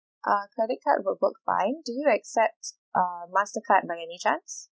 uh credit card will work fine do you accept uh mastercard by any chance